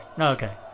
okay